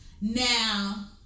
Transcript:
Now